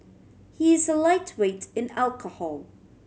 he is a lightweight in alcohol